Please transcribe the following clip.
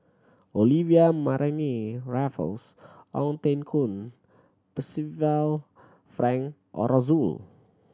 Olivia Mariamne Raffles Ong Teng Koon Percival Frank Aroozoo